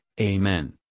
amen